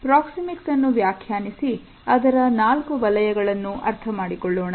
proxemics ಅನ್ನು ವ್ಯಾಖ್ಯಾನಿಸಿ ಅದರ ನಾಲ್ಕು ವಲಯಗಳನ್ನು ಅರ್ಥ ಮಾಡಿಕೊಳ್ಳೋಣ